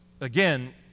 again